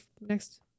next